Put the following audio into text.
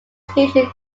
station